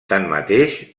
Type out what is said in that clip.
tanmateix